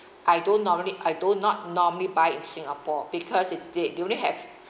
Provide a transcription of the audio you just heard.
I don't normally I do not normally buy in singapore because it did they only have